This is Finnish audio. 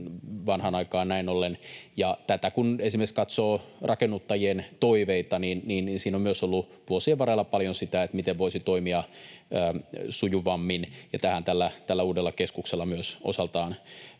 lain aikaan näin ollen. Ja tässä kun esimerkiksi katsoo rakennuttajien toiveita, niin siinä on myös ollut vuosien varrella paljon sitä, miten voisi toimia sujuvammin, ja tähän tällä uudella keskuksella myös osaltaan